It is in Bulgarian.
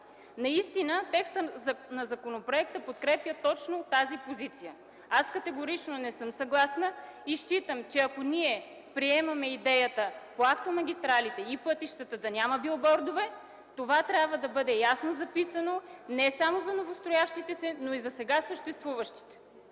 Наистина текстът на законопроекта подкрепя точно тази позиция. С това категорично не съм съгласна. Смятам, че ако приемем идеята по автомагистралите и пътищата да няма билбордове, това трябва да бъде ясно записано не само за новостроящите се, но и за сега съществуващите.